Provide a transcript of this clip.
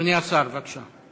אדוני השר, בבקשה.